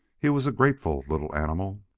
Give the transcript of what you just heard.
he was a grateful little animal.